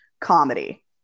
comedy